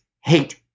hate